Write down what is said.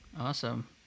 Awesome